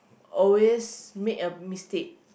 always make a mistake